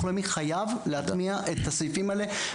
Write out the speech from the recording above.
והביטוח הלאומי חייב להטמיע את התקנות האלה